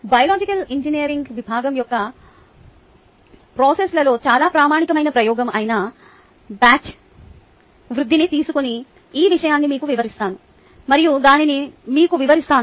biological engineering bio ప్రాసెస్లలో చాలా ప్రామాణికమైన ప్రయోగం అయిన బ్యాచ్ వృద్ధిని తీసుకొని ఈ విషయాన్ని మీకు వివరిస్తాను మరియు దానిని మీకు వివరిస్తాను